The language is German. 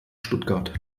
stuttgart